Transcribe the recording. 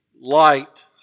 light